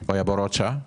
זה לא היה בהוראות שעה?